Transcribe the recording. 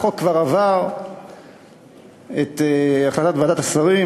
החוק כבר עבר את החלטת ועדת השרים,